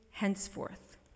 Henceforth